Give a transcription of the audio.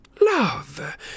Love